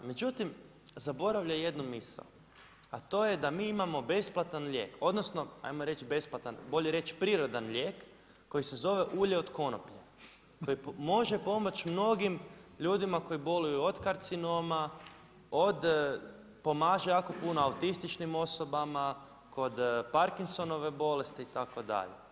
Međutim, zaboravlja jednu misao a to je da mi imamo besplatan lijek, odnosno ajmo reći besplatan, bolje reći prirodan lijek koji se zove ulje od konoplje koji može pomoći mnogim ljudima koji boluju od karcinoma, pomaže jako puno autističnim osobama, kod Parkinsonove bolesti itd.